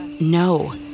No